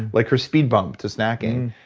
like her speed bump to snacking.